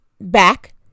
back